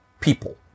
people